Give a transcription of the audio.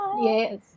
yes